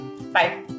Bye